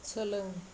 सोलों